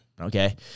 okay